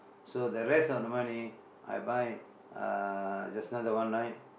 so the rest of the money I buy uh just now the one right